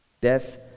Death